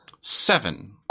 Seven